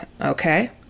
okay